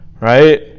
Right